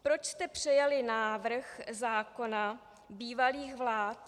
Proč jste přijali návrh zákona bývalých vlád?